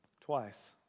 Twice